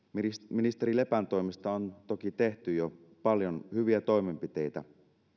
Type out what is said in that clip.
ministeri lepän toimesta on toki tehty jo paljon hyviä toimenpiteitä